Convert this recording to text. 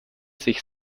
sich